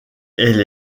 elle